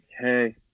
hey